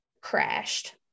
crashed